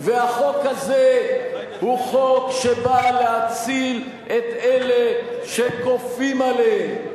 והחוק הזה הוא חוק שבא להציל את אלה שכופים עליהם.